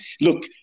Look